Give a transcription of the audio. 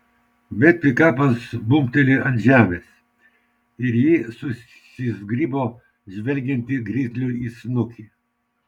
bet pikapas bumbtelėjo ant žemės ir ji susizgribo žvelgianti grizliui į snukį